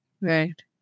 right